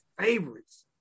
favorites